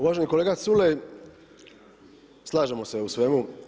Uvaženi kolega Culej, slažemo se u svemu.